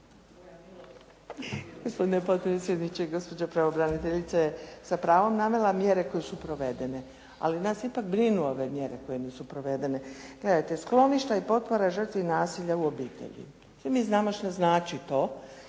Gospodine potpredsjedniče, gospođa pravobraniteljica sa pravom navela mjere koje su provedene. Ali nas ipak brinu ove mjere koje nisu provedene. Gledajte, skloništa i potpora žrtvi nasilja u obitelji. Svi mi znamo što znači to.